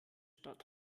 stadt